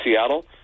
Seattle